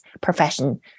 profession